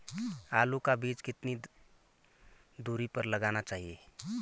आलू का बीज कितनी दूरी पर लगाना चाहिए?